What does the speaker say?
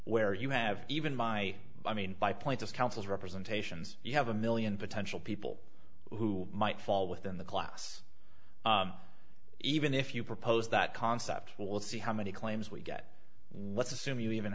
where you have even my i mean by point of councils representations you have a million potential people who might fall within the class even if you proposed that concept we'll see how many claims we get what's assume you even